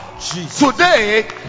today